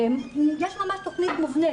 יש ממש תכנית מובנית,